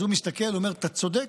אז הוא מסתכל ואומר: אתה צודק.